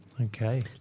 Okay